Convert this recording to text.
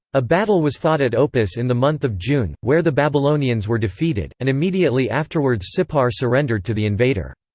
a battle was fought at opis in the month of june, where the babylonians were defeated and immediately afterwards sippar surrendered to the invader.